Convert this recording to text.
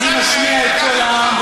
אני משמיע את קול העם,